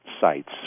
sites